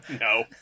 No